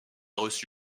reçu